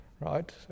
right